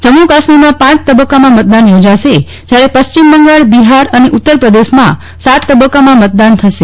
જમ્મુ કાશ્મીરમાં પાંચ તબકકામાં મતદાન યોજાશે જયારે પશ્ચિમ બંગાળ બિહાર અને ઉત્તર પ્રદેશમાં સાત તબકકામાં મતદાન થશે